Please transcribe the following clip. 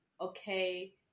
okay